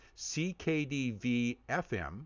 CKDV-FM